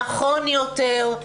נכון יותר.